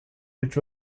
which